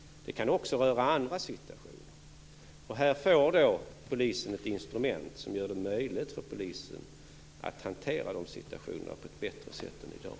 Det kan också röra andra situationer. Här får polisen ett instrument som gör det möjligt för polisen att hantera de situationerna på ett bättre sätt än i dag.